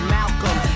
Malcolm